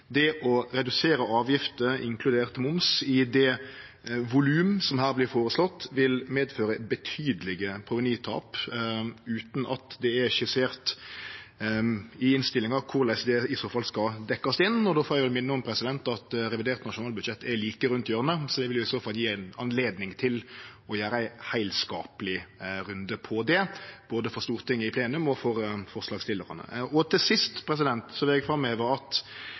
det å redusere avgifter, inkludert moms, i det volumet som her vert føreslått, vil medføre betydelege provenytap utan at det er skissert i innstillinga korleis det i så fall skal dekkjast inn. Då får eg minne om at revidert nasjonalbudsjett er like rundt hjørnet, og det vil gje ei anledning til å ta ein heilskapleg runde på det både for Stortinget i plenum og for forslagsstillarane. Og til sist vil eg framheve at